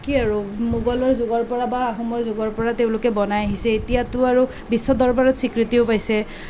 কি আৰু মোগলৰ যুগৰ পৰা বা আহোমৰ যুগৰ পৰা তেওঁলোকে বনাই আহিছে এতিয়াতো আৰু বিশ্বদৰবাৰত স্বীকৃতিও পাইছে